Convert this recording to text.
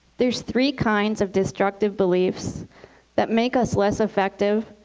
there's three kinds of destructive beliefs that make us less effective,